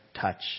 touch